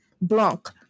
Blanc